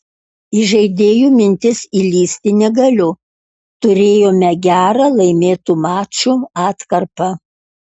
į žaidėjų mintis įlįsti negaliu turėjome gerą laimėtų mačų atkarpą